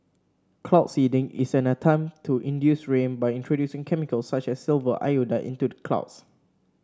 cloud seeding is an attempt to induce rain by introducing chemicals such as silver iodide into clouds